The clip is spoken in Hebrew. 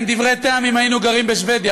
הם דברי טעם אם היינו גרים בשבדיה,